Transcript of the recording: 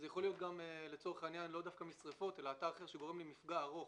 זה יכול להיות לא דווקא משריפות אלא אתר שגורם למפגע ארוך.